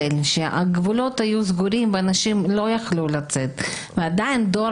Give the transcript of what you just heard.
הגבולות היו סגורים ואנשים לא יכלו לצאת ועדיין הדור